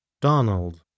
Donald